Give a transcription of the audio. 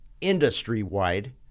industry-wide